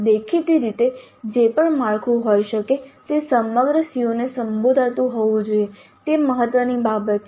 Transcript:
દેખીતી રીતે જે પણ માળખું હોઈ શકે તે સમગ્ર CO ને સંબોધતું હોવું જોઈએ તે મહત્વની બાબત છે